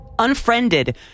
unfriended